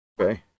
Okay